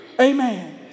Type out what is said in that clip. Amen